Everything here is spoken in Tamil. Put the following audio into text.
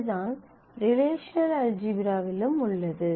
இதுதான் ரிலேஷனல் அல்ஜீப்ராவிலும் உள்ளது